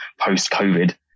post-COVID